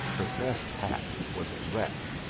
her best hat was a wreck.